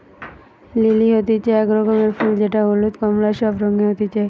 lily হতিছে এক রকমের ফুল যেটা হলুদ, কোমলা সব রঙে হতিছে